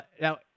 Now